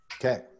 Okay